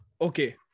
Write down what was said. Okay